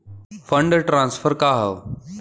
Fund transfer का हव?